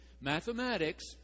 mathematics